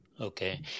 Okay